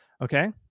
Okay